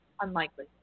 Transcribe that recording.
unlikely